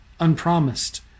unpromised